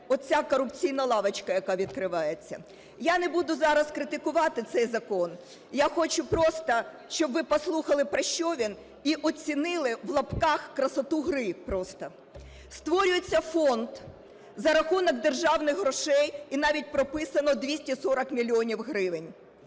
оця корупційна "лавочка", яка відкривається. Я не буду зараз критикувати цей закон. Я хочу просто, щоб ви послухали, про що він, і оцінили, в лапках, красоту гри просто. Створюється фонд за рахунок державних грошей, і навіть прописано – 240 мільйонів гривень.